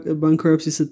bankruptcy